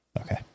Okay